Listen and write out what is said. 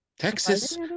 Texas